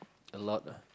a lot ah